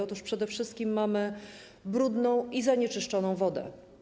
Otóż przede wszystkim mamy brudną i zanieczyszczoną wodę.